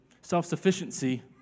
self-sufficiency